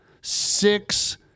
six